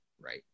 right